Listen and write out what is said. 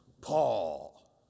Paul